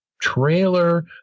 trailer